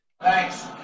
Thanks